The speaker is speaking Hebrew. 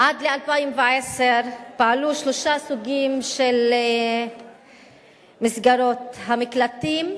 עד ל-2010 פעלו שלושה סוגים של מסגרות, המקלטים,